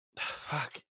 Fuck